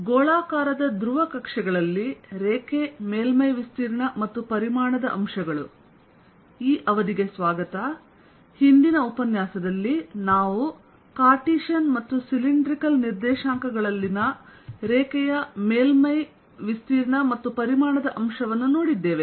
ಗೋಳಾಕಾರದ ಧ್ರುವ ಕಕ್ಷೆಗಳಲ್ಲಿ ರೇಖೆ ಮೇಲ್ಮೈ ವಿಸ್ತೀರ್ಣ ಮತ್ತು ಪರಿಮಾಣದ ಅಂಶಗಳು ಹಿಂದಿನ ಉಪನ್ಯಾಸದಲ್ಲಿ ನಾವು ಕಾರ್ಟೇಶಿಯನ್ ಮತ್ತು ಸಿಲಿಂಡ್ರಿಕಲ್ ನಿರ್ದೇಶಾಂಕಗಳಲ್ಲಿನ ರೇಖೆಯ ಮೇಲ್ಮೈ ವಿಸ್ತೀರ್ಣ ಮತ್ತು ಪರಿಮಾಣದ ಅಂಶವನ್ನು ನೋಡಿದ್ದೇವೆ